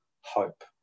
hope